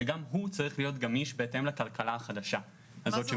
שגם הוא צריך להיות גמיש בהתאם לכלכלה החדשה שמתפתחת.